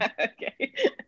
okay